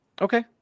Okay